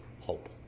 hope